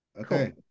Okay